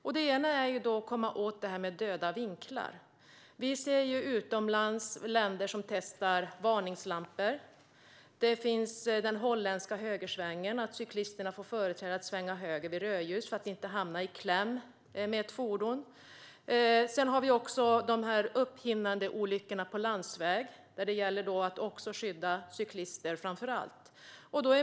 En sak är att komma åt det här med döda vinklar. I andra länder testar man varningslampor. Den holländska högersvängen är ett annat exempel som innebär att cyklisterna får företräde att svänga höger vid rödljus för att inte hamna i kläm med ett fordon. Sedan har vi också upphinnandeolyckorna på landsväg där det gäller att skydda cyklister framför allt.